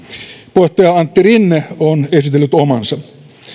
puheenjohtaja antti rinne on esitellyt omansa